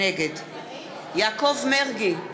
נגד יעקב מרגי,